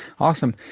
Awesome